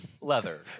leather